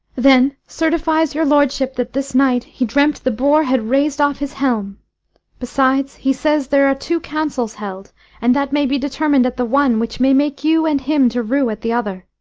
then certifies your lordship that this night he dreamt the boar had razed off his helm besides, he says there are two councils held and that may be determin'd at the one which may make you and him to rue at the other.